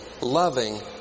loving